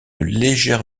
légère